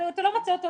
אתה לא מוצא אותו,